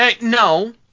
no